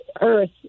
earth